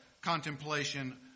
contemplation